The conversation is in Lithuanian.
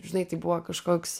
žinai tai buvo kažkoks